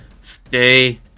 stay